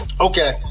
okay